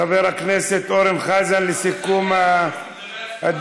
חבר הכנסת אורן חזן, לסיכום הדיון.